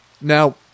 Now